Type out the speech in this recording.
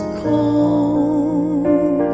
calm